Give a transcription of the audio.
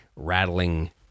rattling